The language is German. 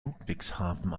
ludwigshafen